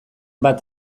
bat